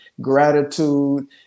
gratitude